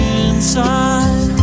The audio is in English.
inside